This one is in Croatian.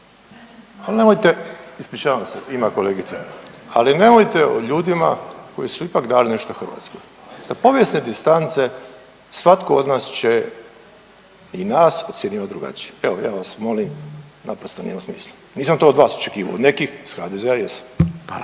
ali nemojte, ispričavam se ima kolegica, ali nemojte o ljudima koji su ipak dali nešto Hrvatskoj. Sa povijesne distance svatko od nas će i nas ocjenjivati drugačije. Evo ja vas molim naprosto nema smisla. Nisam to od vas očekivao. Od nekih iz HDZ-a jesam.